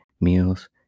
meals